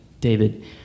David